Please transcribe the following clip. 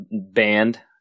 band